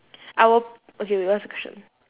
I will okay wait what's the question